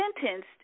sentenced